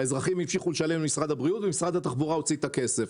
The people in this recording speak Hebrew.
האזרחים המשיכו לשלם למשרד הבריאות ואילו משרד התחבורה הוציא את הכסף.